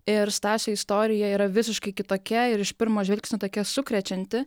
ir stasio istorija yra visiškai kitokia ir iš pirmo žvilgsnio tokia sukrečianti